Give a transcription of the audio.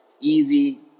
Easy